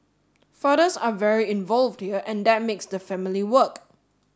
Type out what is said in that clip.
fathers are very involved here and that makes the family work